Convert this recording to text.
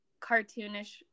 cartoonish